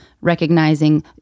recognizing